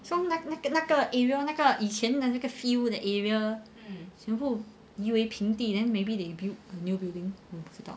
so 那个那个那个 area 那个以前那个 field the area 全部移回平地 then maybe they built new building 我不知道